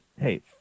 hey